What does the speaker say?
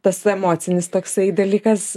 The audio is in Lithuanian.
tas emocinis toksai dalykas